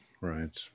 Right